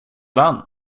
den